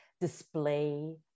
display